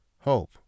Hope